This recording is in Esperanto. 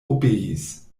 obeis